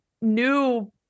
new